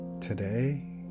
Today